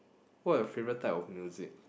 what are your favourite type of music